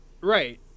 Right